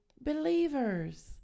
believers